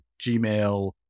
Gmail